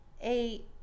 eight